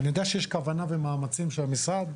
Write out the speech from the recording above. אני יודע שיש כוונה ומאמצים של המשרד.